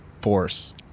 Force